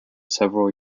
several